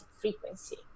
frequency